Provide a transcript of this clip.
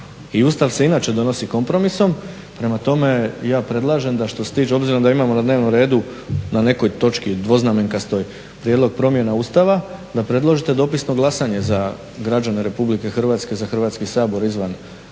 Ustav se inače donosi kompromisom. Prema tome, ja predlažem da, obzirom da imamo na dnevnom redu na nekoj točki dvoznamenkastoj prijedlog promjena Ustava, da predložite dopisno glasanje za građane Republike Hrvatske, za Hrvatski sabor izvan Republike